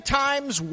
times